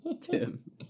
tim